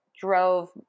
drove